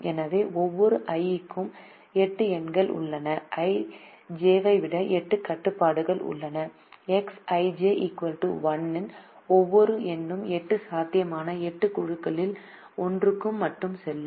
எனவே ஒவ்வொரு i க்கும் 8 எண்கள் உள்ளன j ஐ விட 8 கட்டுப்பாடுகள் உள்ளன Xij 1 ஒவ்வொரு எண்ணும் 8 சாத்தியமான 8 குழுக்களில் ஒன்றுக்கு மட்டுமே செல்லும்